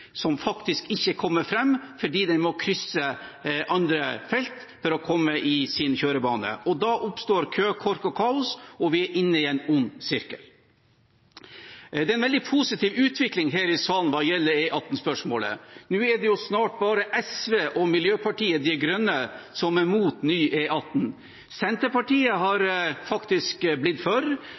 som faktisk ikke kommer fram fordi man må krysse andre felt for å komme til sin kjørebane. Da oppstår kø, kork og kaos, og vi er inne i en ond sirkel. Det er en veldig positiv utvikling her i salen hva gjelder E18-spørsmålet. Nå er det snart bare SV og Miljøpartiet De Grønne som er imot ny E18. Senterpartiet har faktisk blitt for,